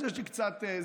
אז יש לי קצת זיפים.